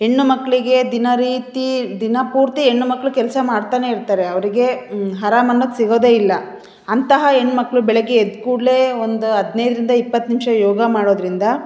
ಹೆಣ್ಣುಮಕ್ಳಿಗೆ ದಿನ ರೀತಿ ದಿನಪೂರ್ತಿ ಹೆಣ್ಣುಮಕ್ಳು ಕೆಲಸ ಮಾಡ್ತನೇ ಇರ್ತರೆ ಅವರಿಗೆ ಆರಾಮ್ ಅನ್ನೋದು ಸಿಗೋದೇ ಇಲ್ಲ ಅಂತಹ ಹೆಣ್ಮಕ್ಳು ಬೆಳಗ್ಗೆ ಎದ್ದ ಕೂಡಲೆ ಒಂದು ಹದಿನೈದ್ರಿಂದ ಇಪ್ಪತ್ತು ನಿಮಿಷ ಯೋಗ ಮಾಡೋದರಿಂದ